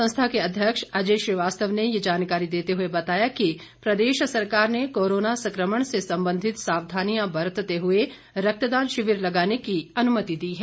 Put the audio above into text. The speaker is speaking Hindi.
संस्था के अध्यक्ष अजय श्रीवास्तव ने ये जानकारी देते हुए बताया कि प्रदेश सरकार ने कोरोना संक्रमण से संबंधित सावधानियां बरतते हुए रक्तदान शिविर लगाने की अनुमति दी है